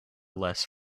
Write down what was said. less